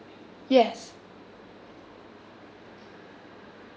yes